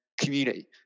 community